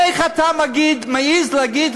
איך אתה מעז להגיד,